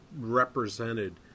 represented